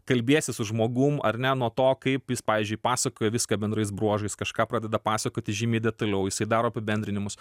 kalbiesi su žmogum ar ne nuo to kaip jis pavyzdžiui pasakoja viską bendrais bruožais kažką pradeda pasakoti žymiai detaliau jisai daro apibendrinimus